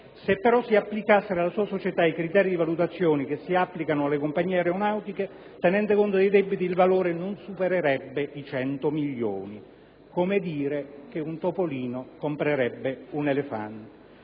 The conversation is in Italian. Se però si applicassero alla sua società i criteri di valutazione che si applicano alle compagnie aeronautiche il valore, tenendo conto dei debiti, non superebbe i 100 milioni. Come dire che un topolino comprerebbe un elefante.